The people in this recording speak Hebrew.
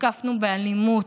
הותקפנו באלימות,